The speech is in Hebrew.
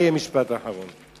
זה יהיה המשפט האחרון.